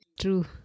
True